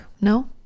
no